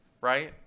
right